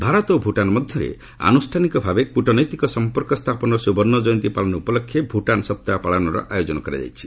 ଭାରତ ଓ ଭୁଟାନ ମଧ୍ୟରେ ଆନୁଷାନିକ ଭାବେ କୁଟନୈତିକ ସଂପର୍କ ସ୍ଥାପନର ସୁବର୍ଣ୍ଣ ଜୟନ୍ତୀ ପାଳନ ଉପଲକ୍ଷେ ଭୁଟାନ ସପ୍ତାହ ପାଳନର ଆୟୋଜନ କରାଯାଇଛି